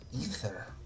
ether